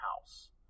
house